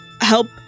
help